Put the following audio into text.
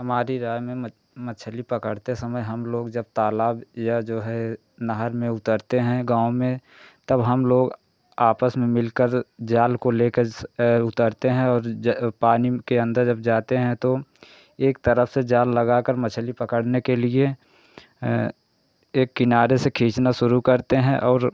हमारी राय में मछली पकड़ते समय हम लोग जब तालाब या जो है नहर में उतरते हैं गाँव में तब हम लोग आपस में मिलकर जाल को लेकर जैसे उतरते हैं और पानी में के अंदर जब जाते हैं तो एक तरफ से जाल लगाकर मछली पकड़ने के लिए एक किनारे से खींचना शुरू करते हैं और